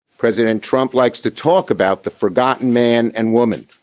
president trump likes to talk about the forgotten man and woman.